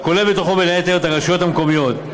הכולל בתוכו, בין היתר, את הרשויות המקומיות.